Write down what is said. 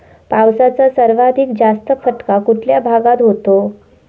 पावसाचा सर्वाधिक जास्त फटका कुठल्या भागात होतो?